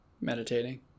meditating